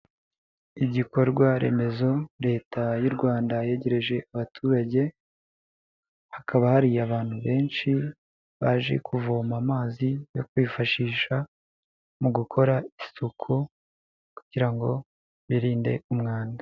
Igikorwa remezo leta y'u Rwanda yegereje abaturage hakaba hari abantu benshi baje kuvoma amazi yo kwifashisha mu gukora isuku kugira ngo birinde umwanda.